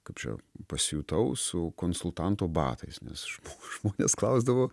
kaip čia pasijutau su konsultanto batais nes žmonės klausdavo